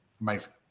Amazing